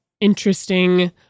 interesting